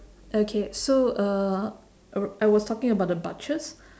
okay so uh err I was talking about the butchers